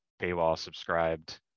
paywall-subscribed